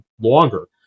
longer